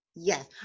Yes